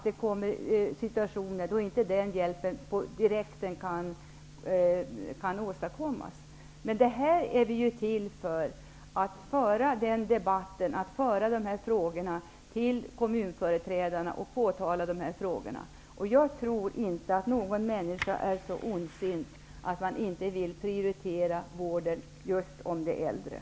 Det finns situationer när den hjälpen inte kan åstadkommas på direkten. Dessa frågor skall ställas till kommunföreträdarna. Det är med dem man skall föra debatten, och då skall man påtala problemen. Jag tror inte att någon människa är så ondsint att hon inte vill prioritera vården för just de äldre.